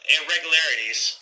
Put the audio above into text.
irregularities